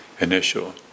initial